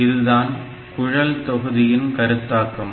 இதுதான் குழல் தொகுதியின் கருத்தாக்கம்